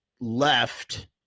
left